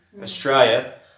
Australia